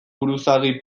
buruzagi